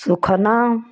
सुखना